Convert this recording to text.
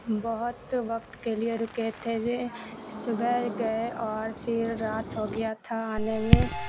بہت وقت کے لیے رکے تھے یہ صبح گئے اور پھر رات ہو گیا تھا آنے میں